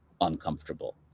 uncomfortable